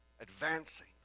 advancing